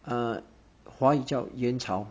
uh 华语叫元朝